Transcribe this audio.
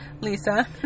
Lisa